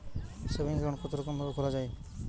Saving account কতরকম ভাবে খোলা য়ায়?